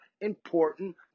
important